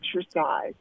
exercise